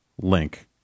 Link